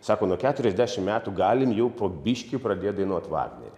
sako nuo keturiasdešim metų galim jau po biškį pradėt dainuot vagnerį